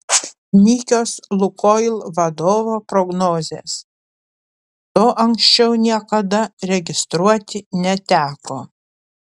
nykios lukoil vadovo prognozės to anksčiau niekada registruoti neteko